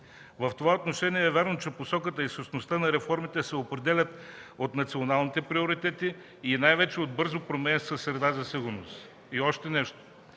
В това отношение е вярно, че посоката и същността на реформите се определят от националните приоритети и най-вече от бързо променящата се среда за сигурност. И още нещо.